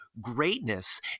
greatness